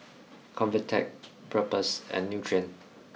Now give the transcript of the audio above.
Convatec Propass and Nutren